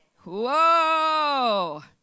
Whoa